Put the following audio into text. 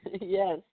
Yes